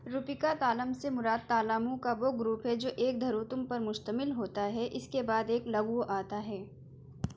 روپکا تالم سے مراد تالاموں کا وہ گروپ ہے جو ایک دھروتم پر مشتمل ہوتا ہے اس کے بعد ایک لغو آتا ہے